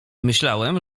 myślałem